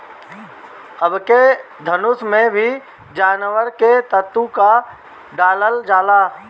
अबके धनुष में भी जानवर के तंतु क डालल जाला